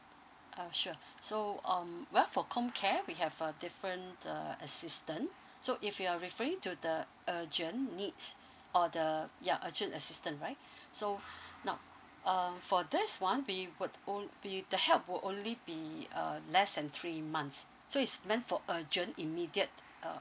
uh sure so um well for com care we have a different uh assistant so if you're referring to the urgent needs or the ya urgent assistant right so now uh for this one we would on~ we the help will only be uh less than three months so it's meant for urgent immediate uh